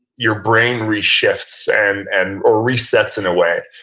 your brain re-shifts and and or resets in a way.